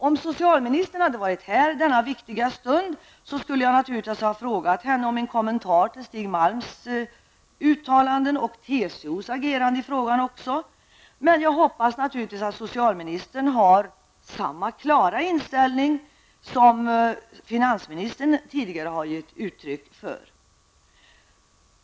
Om socialministern hade varit här i denna viktiga stund, skulle jag naturligtvis ha bett henne om en kommentar till Stig Malms uttalanden och till TCOs agerande i frågan, men jag hoppas givetvis att socialministern har samma klara inställning som finansministern tidigare har gett uttryck för.